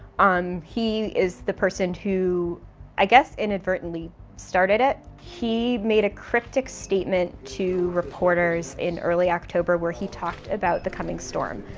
um he is the person who i guess inadvertently started it. he made a cryptic statement to reporters in early october where he talked about the coming storm,